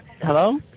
Hello